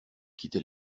quitter